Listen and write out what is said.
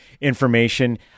information